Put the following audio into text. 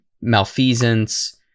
malfeasance